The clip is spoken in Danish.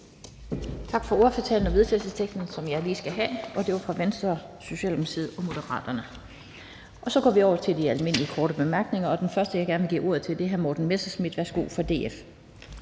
Tak for ordførertalen og vedtagelsesteksten, som er fra Venstre, Socialdemokratiet og Moderaterne. Så går vi over til de almindelige korte bemærkninger, og den første, jeg gerne vil give ordet til, er hr. Morten Messerschmidt fra DF.